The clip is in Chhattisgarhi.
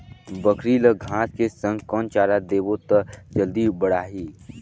बकरी ल घांस के संग कौन चारा देबो त जल्दी बढाही?